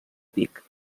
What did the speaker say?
pic